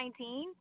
2019